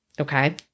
okay